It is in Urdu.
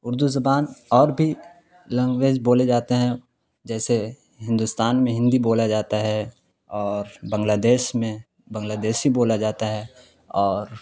اردو زبان اور بھی لینگویج بولے جاتے ہیں جیسے ہندوستان میں ہندی بولا جاتا ہے اور بنگلہ دیش میں بنگلہ دیشی بولا جاتا ہے اور